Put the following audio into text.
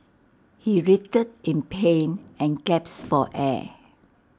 he writhed in pain and gasped for air